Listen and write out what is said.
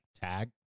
tag